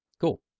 Cool